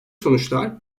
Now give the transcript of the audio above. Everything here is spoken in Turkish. sonuçlar